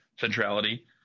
centrality